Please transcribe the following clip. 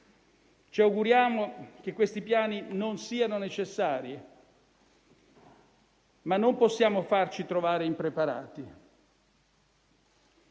Ci auguriamo che questi piani non siano necessari, ma non possiamo farci trovare impreparati.